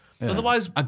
Otherwise